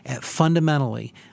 fundamentally